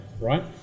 right